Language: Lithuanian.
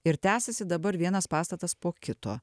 ir tęsiasi dabar vienas pastatas po kito